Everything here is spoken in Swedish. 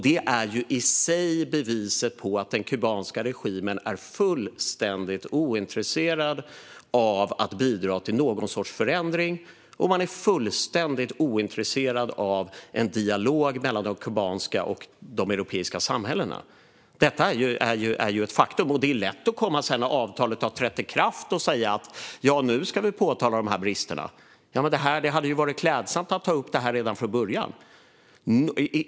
Detta i sig är beviset på att den kubanska regimen är fullständigt ointresserad av att bidra till någon sorts förändring och fullständigt ointresserad av en dialog mellan de kubanska och de europeiska samhällena. Detta är ett faktum. Det är lätt att komma sedan när avtalet har trätt i kraft och säga att man då ska påtala bristerna. Det hade varit klädsamt att ta upp dem redan från början.